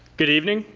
good evening.